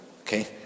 okay